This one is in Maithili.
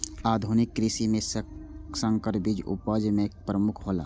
आधुनिक कृषि में संकर बीज उपज में प्रमुख हौला